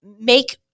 make